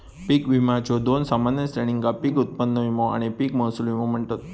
पीक विम्याच्यो दोन सामान्य श्रेणींका पीक उत्पन्न विमो आणि पीक महसूल विमो म्हणतत